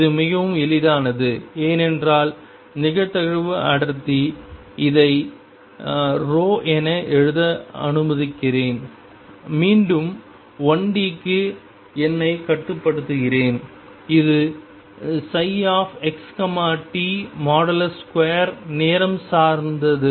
இது மிகவும் எளிதானது ஏனென்றால் நிகழ்தகவு அடர்த்தி இதை என எழுத அனுமதிக்கிறேன் மீண்டும் 1D க்கு என்னை கட்டுப்படுத்துகிறேன் இது xt2நேரம் சார்ந்தது